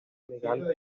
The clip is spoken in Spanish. legal